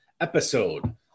episode